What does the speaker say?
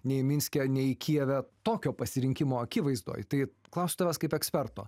nei minske nei kijeve tokio pasirinkimo akivaizdoj tai klausiu tavęs kaip eksperto